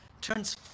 turns